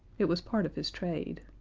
it was part of his trade.